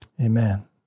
Amen